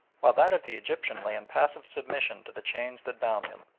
while that of the egyptian lay in passive submission to the chains that bound him.